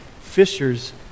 fishers